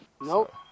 Nope